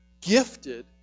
gifted